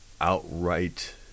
outright